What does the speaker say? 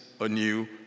anew